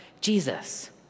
Jesus